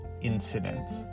incidents